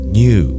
new